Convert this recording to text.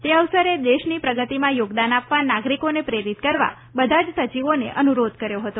તે અવસરે દેશની પ્રગતિમાં યોગદાન આપવા નાગરીકોને પ્રેરીત કરવા બધા જ સચિવોને અનુરોધ કર્યો હતો